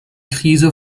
krise